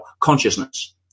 consciousness